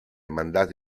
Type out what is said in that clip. mandato